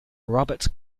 robert